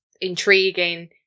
intriguing